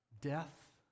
death